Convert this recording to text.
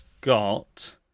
got